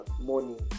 morning